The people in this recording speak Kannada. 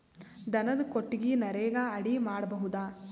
ದನದ ಕೊಟ್ಟಿಗಿ ನರೆಗಾ ಅಡಿ ಮಾಡಬಹುದಾ?